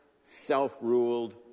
self-ruled